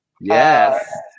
Yes